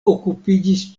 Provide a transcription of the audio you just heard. okupiĝis